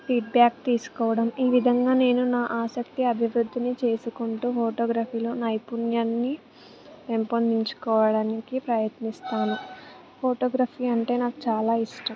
feedback తీసుకోవడం ఈ విధంగా నేను నా ఆసక్తి అభివృద్ధిని చేసుకుంటూ ఫోటోగ్రఫీలో నైపుణ్యాన్ని పెంపొందించుకోవడానికి ప్రయత్నిస్తాను ఫోటోగ్రఫీ అంటే నాకు చాలా ఇష్టం